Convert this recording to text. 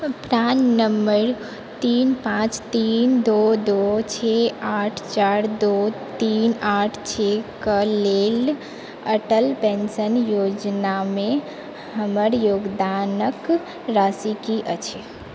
प्राण number तीन पांँच तीन दू दू छे आठ चारि दो तीन आठ छओ कऽ लेल अटल पेन्शन योजनामे हमर योगदानके राशि की अछि